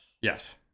Yes